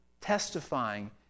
testifying